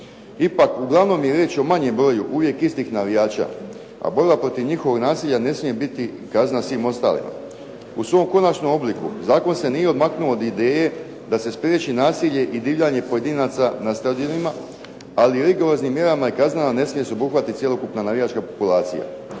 Ipak, uglavnom je riječ o manjem broju uvijek istih navijača, a borba protiv njihovog nasilja ne smije biti kazna svima ostalima. U svom konačnom obliku zakon se nije maknuo od ideje da se spriječi nasilje i divljanje pojedinaca na stadionima ali rigoroznim mjerama i kaznama ne smije se obuhvatiti cjelokupna navijačka populacija.